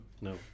No